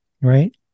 right